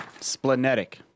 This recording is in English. Splenetic